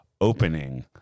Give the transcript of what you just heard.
opening